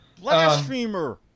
Blasphemer